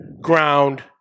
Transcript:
ground